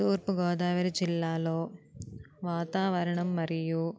తూర్పుగోదావరి జిల్లాలో వాతావరణం మరియు